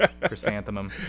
Chrysanthemum